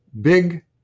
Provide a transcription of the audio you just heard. big